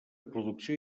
producció